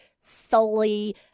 sully